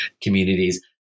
communities